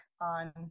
on